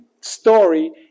story